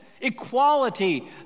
equality